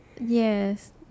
Yes